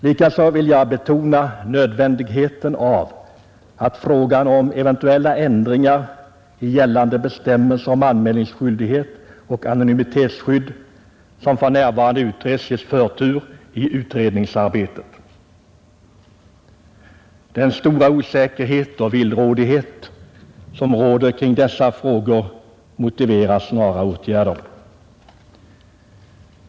Likaså vill jag betona nödvändigheten av att frågan om eventuella ändringar i gällande bestämmelser om anmälningsskyldighet och anonymitetsskydd, som för närvarande utreds, ges förtur i utredningsarbetet. Den stora osäkerhet och villrådighet som råder kring dessa frågor motiverar snara åtgärder.